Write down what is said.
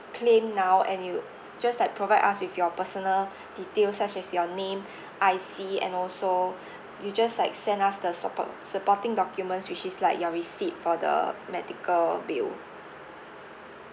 claim now and you just like provide us with your personal details such as your name I_C and also you just like send us the support~ supporting documents which is like your receipt for the medical bill